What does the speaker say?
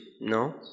No